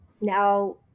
now